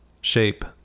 shape